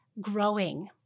growing